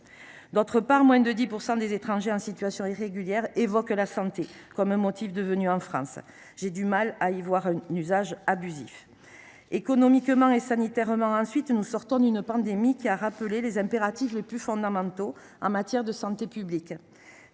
d’autre part, moins de 10 % des étrangers en situation irrégulière invoquent la santé comme motif de venue en France. J’ai du mal à y voir un usage abusif. D’un point de vue économique et sanitaire, ensuite, nous sortons d’une pandémie qui a rappelé les impératifs les plus fondamentaux en matière de santé publique